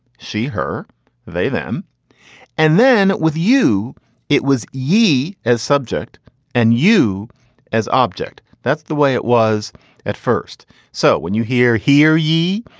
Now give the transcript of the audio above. she, her vais them and then with you it was easy as subject and you as object. that's the way it was at first so when you hear hear ye,